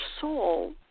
soul